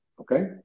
Okay